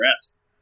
reps